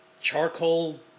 charcoal